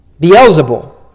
Beelzebul